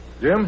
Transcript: Jim